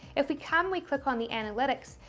if we come, we click on the analytics,